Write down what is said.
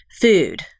food